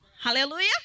Hallelujah